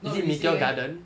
not realistic eh